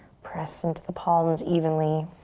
press into the palms evenly.